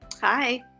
Hi